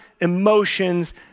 emotions